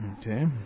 Okay